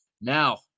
Now